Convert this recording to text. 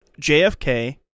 JFK